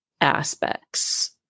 aspects